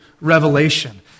revelation